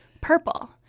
purple